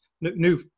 new